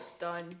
Done